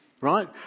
Right